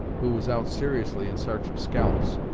who was out seriously in s'arch of scalps!